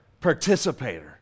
participator